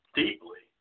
deeply